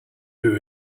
who